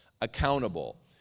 accountable